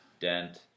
Dent